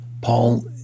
Paul